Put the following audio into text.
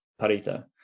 Parita